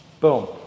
Boom